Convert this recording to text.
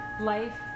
life